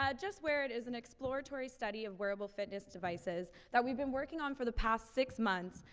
ah just wear it is an exploratory study of wearable fitness devices that we've been working on for the past six months,